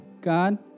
God